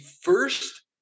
first